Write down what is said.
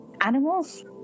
animals